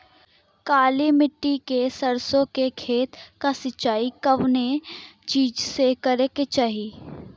काली मिट्टी के सरसों के खेत क सिंचाई कवने चीज़से करेके चाही?